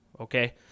okay